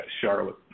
Charlotte